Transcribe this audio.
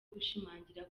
gushimangira